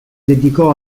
dedicò